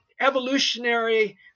evolutionary